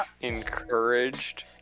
Encouraged